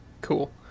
Cool